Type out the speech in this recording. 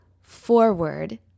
forward